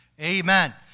Amen